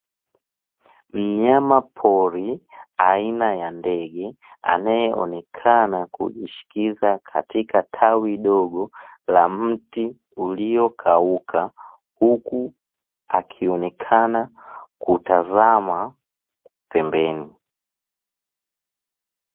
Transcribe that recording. Mnyamapori aina ya ndege, anayeonekana kujishikiza katika tawi dogo la mti uliokauka, huku akionekana kutazama pembeni.